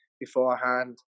beforehand